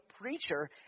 preacher